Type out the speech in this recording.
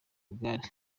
magari